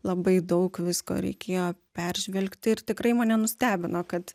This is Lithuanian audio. labai daug visko reikėjo peržvelgt ir tikrai mane nustebino kad